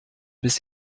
biss